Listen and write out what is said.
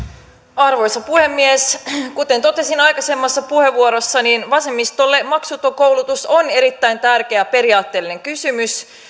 arvoisa puhemies kuten totesin aikaisemmassa puheenvuorossa vasemmistolle maksuton koulutus on erittäin tärkeä periaatteellinen kysymys